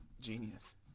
genius